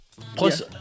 Plus